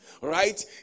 right